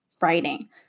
writing